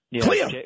Clear